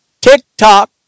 TikTok